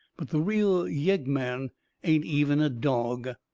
but the real yeggman ain't even a dog.